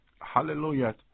hallelujah